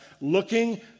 looking